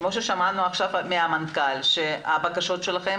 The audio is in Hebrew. כפי ששמענו עכשיו מהמנכ"ל שהבקשות שלכם